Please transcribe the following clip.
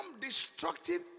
destructive